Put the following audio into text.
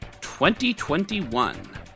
2021